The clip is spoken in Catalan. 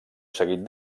seguit